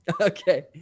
Okay